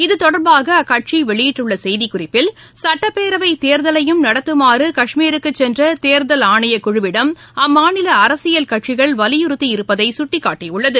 இத்தொடர்பாக அக்கட்சி வெளியிட்டுள்ள செய்திக்குறிப்பில் சட்டப்பேரவைத் தேர்தலையும் நடத்துமாறு கஷ்மீருக்கு சென்ற தேர்தல் ஆணைய குழுவிடம் அம்மாநில அரசியல் கட்சிகள் வலியுறத்தி இருப்பதை சுட்டிக்காட்டியுள்ளது